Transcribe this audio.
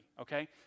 Okay